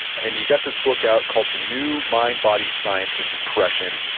and you got this book out called the new mind-body science of depression.